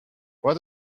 what